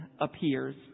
appears